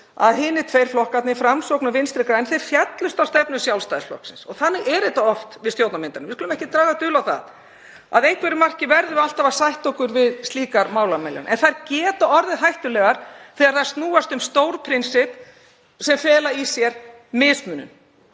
að hinir tveir flokkarnir, Framsókn og Vinstri græn, féllust á stefnu Sjálfstæðisflokksins. Þannig er þetta oft við stjórnarmyndun. Við skulum ekki draga dul á það. Að einhverju marki verðum við alltaf að sætta okkur við slíkar málamiðlanir en þær geta orðið hættulegar þegar þær snúast um stór prinsipp sem fela í sér mismunun.